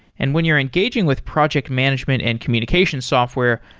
and when you're engaging with project management and communication software,